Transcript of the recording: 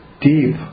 deep